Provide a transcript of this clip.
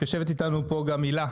יושבת איתנו פה גם הילה,